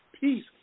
peace